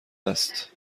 است